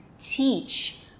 teach